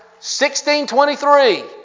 1623